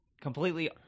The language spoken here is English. completely